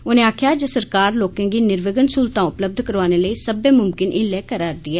उनें आखेआ जे सरकार लोकें गी र्निविघ्न स्हूलतां उपलब्य करोआने लेई सब्बै मुमकिन हीले करै'रदी ऐ